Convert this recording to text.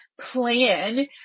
plan